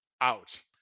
out